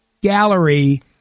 gallery